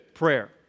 Prayer